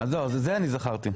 זהו, את זה זכרתי.